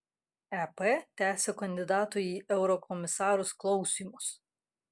ep tęsia kandidatų į eurokomisarus klausymus